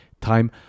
time